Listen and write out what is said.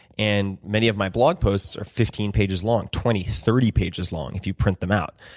and many of my blog posts are fifteen pages long, twenty, thirty pages long if you print them out.